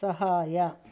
ಸಹಾಯ